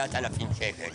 7,000 שקלים.